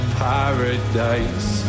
paradise